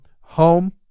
home